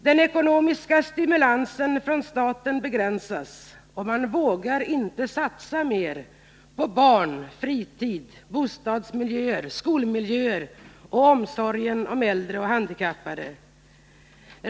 Den ekonomiska stimulansen från staten begränsas, och man vågar inte satsa mer på barn, fritid, bostadsmiljöer, skolmiljöer och omsorgen om äldre och handikappade.